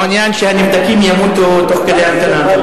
אתה מעוניין שהנבדקים ימותו תוך כדי ההמתנה,